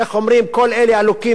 איך אומרים כל אלה הלוקים